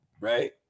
right